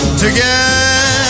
together